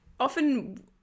Often